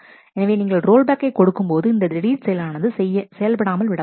எனவே நீங்கள் ரோல்பேக்கை கொடுக்கும்போது இந்த டெலீட் செயலானது செயல்படாமல் விடப்படும்